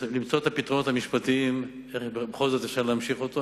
צריך למצוא את הפתרונות המשפטיים איך בכל זאת אפשר להמשיך אותו.